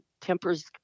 tempers